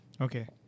Okay